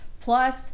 plus